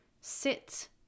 sit